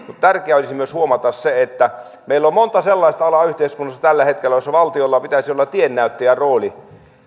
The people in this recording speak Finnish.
tärkeää olisi myös huomata se että meillä on monta sellaista alaa yhteiskunnassa tällä hetkellä jolla valtiolla pitäisi olla tiennäyttäjän rooli